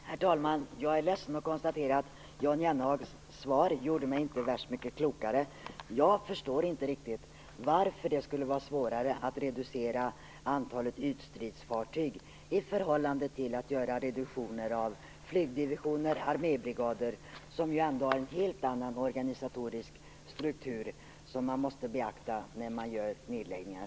Herr talman! Jag är ledsen att behöva konstatera att Jan Jennehags svar inte gjorde mig så värst mycket klokare. Jag förstår inte riktigt varför det skulle vara svårare att reducera antalet ytstridsfartyg än att göra reduktioner av flygdivisioner och armébrigader som ju ändå har en helt annan organisatorisk struktur som man måste beakta när man gör nedläggningar.